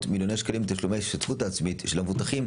מיליוני שקלים בתשלומי ההשתתפות העצמית של המבוטחים,